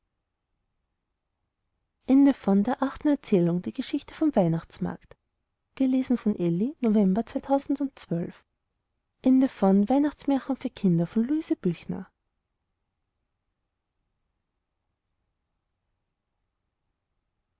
die geschichte vom